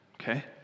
okay